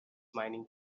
mining